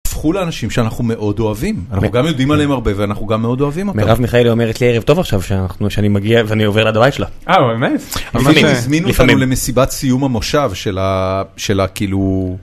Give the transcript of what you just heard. הפכו לאנשים שאנחנו מאוד אוהבים אנחנו גם יודעים עליהם הרבה ואנחנו גם מאוד אוהבים אותם. מרב מיכאל אומרת לי ערב טוב עכשיו שאנחנו שאני מגיע ואני עובר ליד הבית שלה. אה באמת? אפילו הזמינו אותנו למסיבת סיום המושב שלה, שלה כאילו...